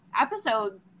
episode